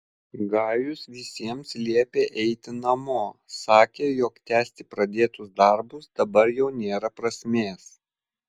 gajus visiems liepė eiti namo sakė jog tęsti pradėtus darbus dabar jau nėra prasmės